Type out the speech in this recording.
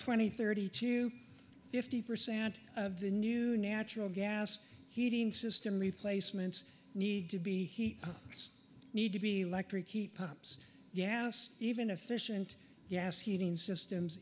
twenty thirty to fifty percent of the new natural gas heating system replacements need to be just need to be electric heat pumps gas even efficient gas heating systems